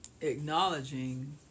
acknowledging